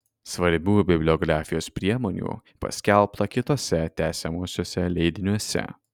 svarbių bibliografijos priemonių paskelbta kituose tęsiamuosiuose leidiniuose